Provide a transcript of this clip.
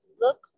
look